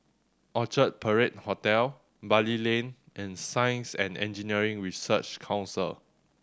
Orchard Parade Hotel Bali Lane and Science and Engineering Research Council